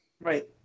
Right